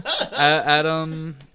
Adam